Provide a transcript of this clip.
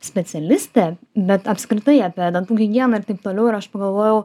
specialistė bet apskritai apie dantų higieną ir taip toliau ir aš pagalvojau